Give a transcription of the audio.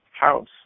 house